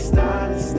Started